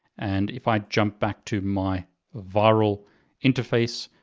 and if i jump back to my virl interface,